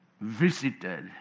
visited